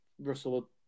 Russell